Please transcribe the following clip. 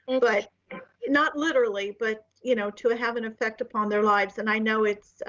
um but not literally, but you know, to have an effect upon their lives. and i know it's